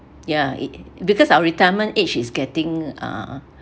ya it because our retirement age is getting uh